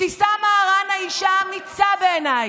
אבתיסאם מראענה היא אישה אמיצה בעיניי,